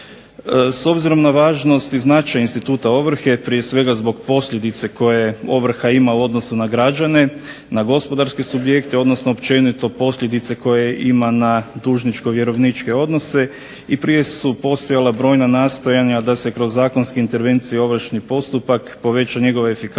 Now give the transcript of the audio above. S obzirom na važnost i značaj instituta ovrhe prije svega zbog posljedice koje ovrha ima u odnosu na građane, na gospodarske subjekte, odnosno općenito posljedice koje ima na dužničko-vjerovničke odnose. I prije su postojala brojna nastojanja da se kroz zakonske intervencije ovršni postupak poveća njegova efikasnost,